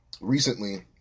recently